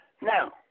Now